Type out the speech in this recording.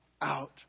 out